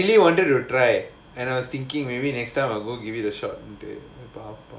I really wanted to try and I was thinking maybe next time I will go give it a shot